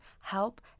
Help